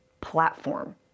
platform